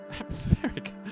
Atmospheric